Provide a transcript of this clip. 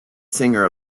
singer